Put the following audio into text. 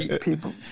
People